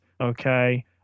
Okay